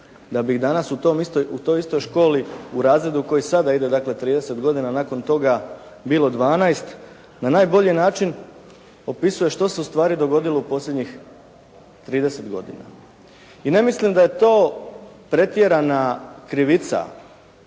da bi ih danas u toj istoj školi u razredu koji sada ide, dakle, 30 godina nakon toga bilo 12, na najbolji način opisuje što se u stvari dogodilo u posljednjih 30 godina. I ne mislim da je to pretjerana krivica